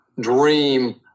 dream